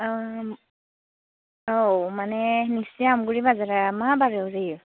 औ माने नोंसिनि आमगुरि बाजारा मा बारायाव जायो